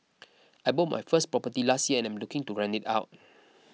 I bought my first property last year and I'm looking to rent it out